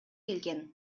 келген